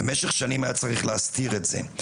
במשך שנים היה צריך להסתיר את זה.